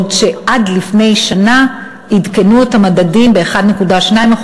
בעוד שעד לפני שנה עדכנו את המדדים ב-1.2%.